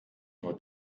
nur